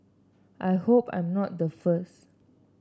I hope I'm not the first